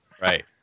right